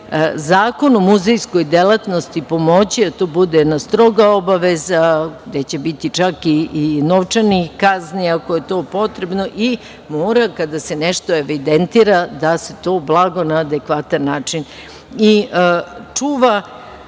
Zakon o muzejskoj delatnosti pomoći da to bude jedna stroga obaveza, gde će biti čak i novčanih kazni ako je to potrebno, i mora, kada se nešto evidentira, da se to blago na adekvatan način i